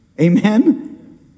Amen